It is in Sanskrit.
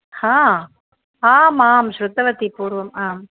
हा आम् आं श्रुतवती पूर्वम् आम्